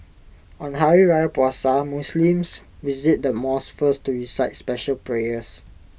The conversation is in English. on Hari Raya Puasa Muslims visit the mosque first to recite special prayers